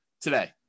today